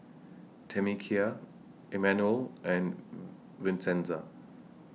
Tamekia Emanuel and Vincenza